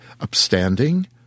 upstanding